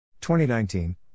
2019